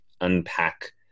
unpack